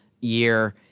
year